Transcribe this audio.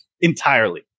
entirely